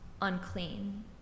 unclean